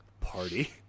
Party